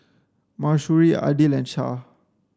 Mahsuri Aidil and Syah